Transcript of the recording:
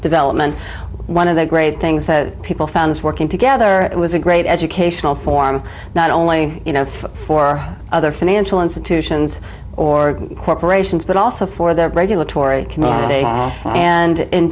development one of the great the said people found this working together it was a great educational for an not only you know for other financial institutions or corporations but also for that regulatory